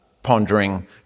pondering